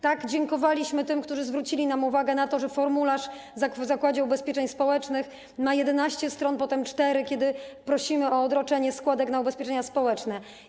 Tak, dziękowaliśmy tym, którzy zwrócili nam uwagę na to, że formularz w Zakładzie Ubezpieczeń Społecznych ma 11 stron, potem 4 strony, kiedy prosimy o odroczenie składek na ubezpieczenia społeczne.